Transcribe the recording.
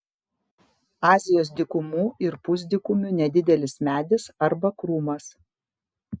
azijos dykumų ir pusdykumių nedidelis medis arba krūmas